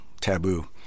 taboo